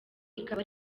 ikaba